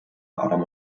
adam